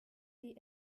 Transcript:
die